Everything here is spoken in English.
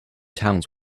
towns